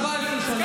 17 שנה,